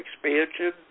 expansion